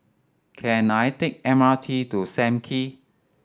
can I take the M R T to Sam Kee